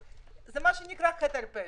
זה מה שנקרא "חטא על פשע".